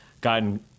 gotten